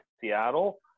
Seattle